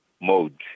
mode